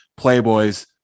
playboys